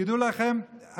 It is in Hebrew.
תדעו לכם,